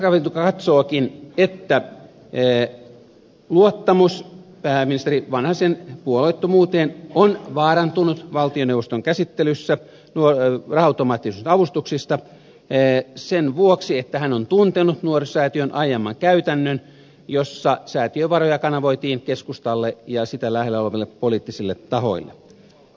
perustuslakivaliokunta katsookin että luottamus pääministeri vanhasen puolueettomuuteen on vaarantunut valtioneuvoston käsittelyssä raha automaattiyhdistyksen avustuksista sen vuoksi että hän on tuntenut nuorisosäätiön aiemman käytännön jossa säätiön varoja kanavoitiin keskustalle ja sitä lähellä oleville poliittisille tahoille